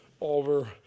over